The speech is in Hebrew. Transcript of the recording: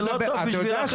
זה לא טוב בשבילכם,